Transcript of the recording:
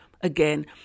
again